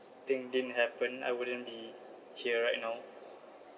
thing didn't happen I wouldn't be here right now